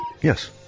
Yes